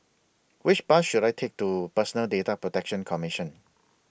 Which Bus should I Take to Personal Data Protection Commission